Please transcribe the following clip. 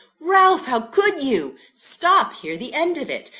ralph! how could you stop! hear the end of it.